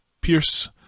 pierce